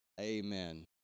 Amen